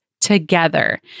together